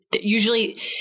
usually